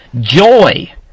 joy